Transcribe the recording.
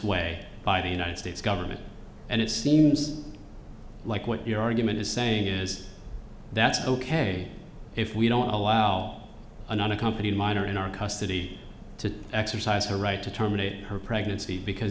way by the united states government and it seems like what your argument is saying is that's ok if we don't allow an unaccompanied minor in our custody to exercise her right to terminate her pregnancy because